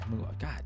God